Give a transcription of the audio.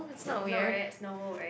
is not right it's normal right